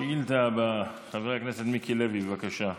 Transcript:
השאילתה הבאה, חבר הכנסת מיקי לוי, בבקשה.